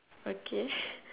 okay